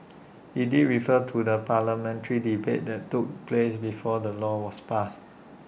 he did refer to the parliamentary debate that took place before the law was passed